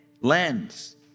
lens